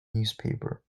newspaper